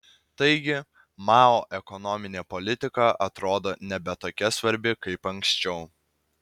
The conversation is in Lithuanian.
taigi mao ekonominė politika atrodo nebe tokia svarbi kaip anksčiau